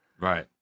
Right